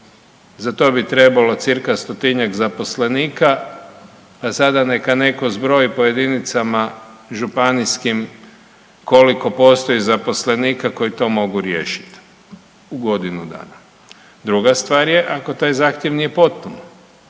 za to bi trebalo cca. 100-tinjak zaposlenika, pa sada neka netko zbroji po jedinicama županijskim koliko postoji zaposlenika koji mogu to riješit u godinu dana. Druga stvar je ako taj zahtjev nije potpun,